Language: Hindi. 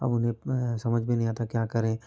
अब उन्हें समझ में नहीं आता क्या करें